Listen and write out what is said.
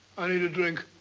i need a drink.